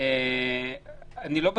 אני לא בטוח.